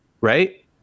Right